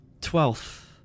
Twelfth